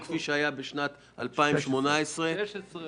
אבל כולם היו איתי בעניין הזה - שאת השינוי של בין 2018